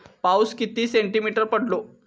पाऊस किती सेंटीमीटर पडलो?